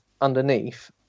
underneath